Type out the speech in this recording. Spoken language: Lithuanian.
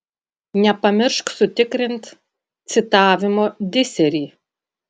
nepamiršk sutikrint citavimo disery